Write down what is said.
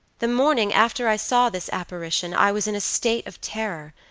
the morning after i saw this apparition i was in a state of terror,